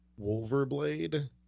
Wolverblade